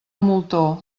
moltó